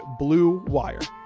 BLUEWIRE